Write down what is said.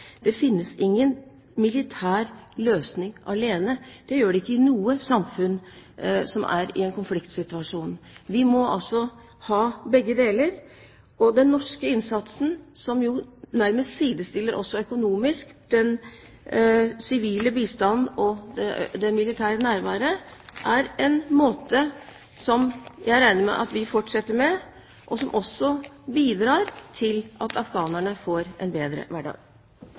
Det finnes ingen militær løsning alene; det gjør det ikke i noe samfunn som er i en konfliktsituasjon. Vi må altså ha begge deler. Og den norske innsatsen, som jo nærmest sidestiller også økonomisk den sivile bistanden og det militære nærværet, er noe jeg regner med at vi fortsetter med, og som også bidrar til at afghanerne får en bedre hverdag.